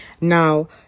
Now